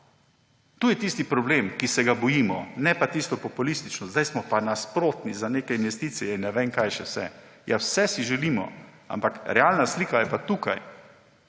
Tu je tisti problem, ki se ga bojimo, ne pa tisto populistično, zdaj smo pa proti nekim investicijam in ne vem kaj še vse. Ja, vse si želimo, ampak realna slika je pa tukaj.